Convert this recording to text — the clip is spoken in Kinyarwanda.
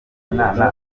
umwana